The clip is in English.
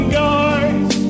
guys